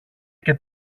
και